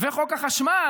וחוק החשמל,